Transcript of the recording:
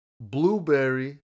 blueberry